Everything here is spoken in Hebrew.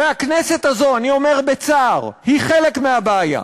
והכנסת הזאת, אני אומר בצער, היא חלק מהבעיה,